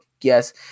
Yes